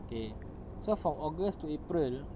okay so from august to april